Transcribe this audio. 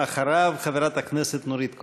ואחריו, חברת הכנסת נורית קורן.